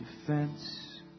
defense